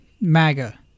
MAGA